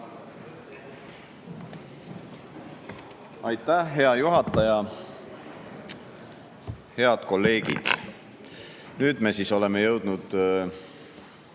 Aitäh, hea juhataja! Head kolleegid! Nüüd me oleme jõudnud